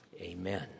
amen